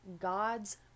gods